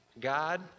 God